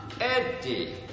Eddie